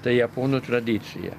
tai japonų tradicija